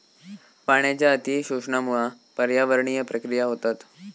पाण्याच्या अती शोषणामुळा पर्यावरणीय प्रक्रिया होतत